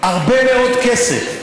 הרבה מאוד כסף.